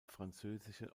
französische